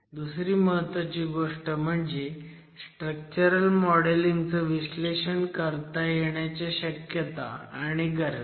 दुसरी महत्वाची गोष्ट म्हणजे स्ट्रक्चरल मॉडेल िंग चं विश्लेषण करता येण्याच्या शक्यता आणि गरजा